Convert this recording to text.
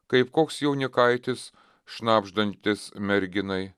kaip koks jaunikaitis šnabždantis merginai